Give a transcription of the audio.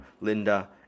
Linda